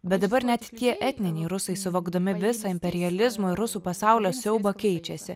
bet dabar net tie etniniai rusai suvokdami visą imperializmo rusų pasaulio siaubą keičiasi